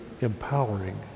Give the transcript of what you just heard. empowering